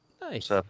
nice